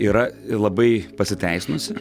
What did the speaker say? yra labai pasiteisinusi